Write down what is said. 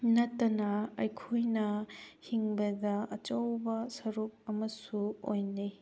ꯅꯠꯇꯅ ꯑꯩꯈꯣꯏꯅ ꯍꯤꯡꯕꯗ ꯑꯆꯧꯕ ꯁꯔꯨꯛ ꯑꯃꯁꯨ ꯑꯣꯏꯅꯩ